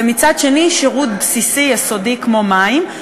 ומצד שני שירות בסיסי יסודי כמו מים,